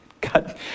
God